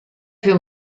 più